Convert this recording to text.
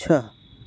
छः